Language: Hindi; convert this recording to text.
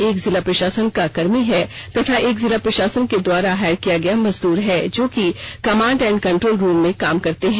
एक जिला प्रशासन का कर्मी है तथा एक जिला प्रशासन के द्वारा काम पर लिया गया मजदूर है जो कि कमांड एंड कंट्रोल रूम में काम करते हैं